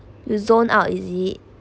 you zone out is it